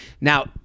Now